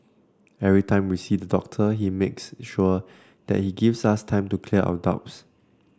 every time we see the doctor he makes sure that he gives us time to clear our doubts